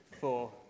four